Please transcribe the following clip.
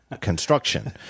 construction